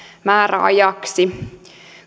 määräajaksi